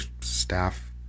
staff